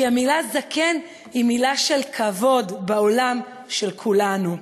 כי המילה זקן היא מילה של כבוד בעולם של כולנו.